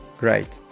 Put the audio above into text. great!